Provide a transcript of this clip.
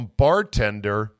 bartender